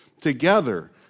together